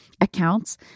accounts